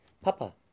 Papa